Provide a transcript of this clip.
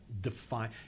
define